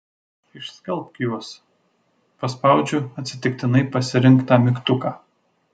išskalbk juos paspaudžiu atsitiktinai pasirinktą mygtuką